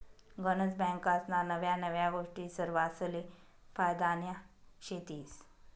गनज बँकास्ना नव्या नव्या गोष्टी सरवासले फायद्यान्या शेतीस